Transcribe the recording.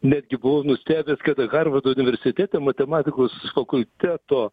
netgi buvau nustebęs kad harvardo universitete matematikos fakulteto